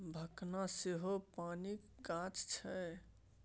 भखना सेहो पानिक गाछ छै